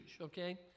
okay